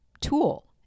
tool